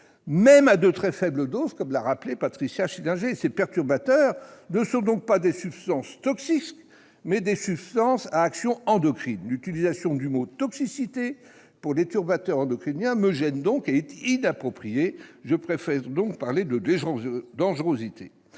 même à très faible dose, comme l'a rappelé Patricia Schillinger. Ces perturbateurs ne sont donc pas des substances toxiques, mais des substances à action endocrine. L'utilisation du mot « toxicité » pour les perturbateurs endocriniens me gêne donc ; elle est inappropriée, et je préfère parler de « dangerosité ».